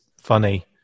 funny